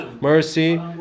mercy